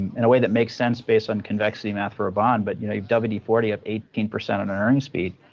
in a way that makes sense based on convexity math for a bond, but you know you have forty up eighteen percent on an earnings beat.